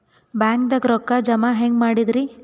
ಬ್ಯಾಂಕ್ದಾಗ ರೊಕ್ಕ ಜಮ ಹೆಂಗ್ ಮಾಡದ್ರಿ?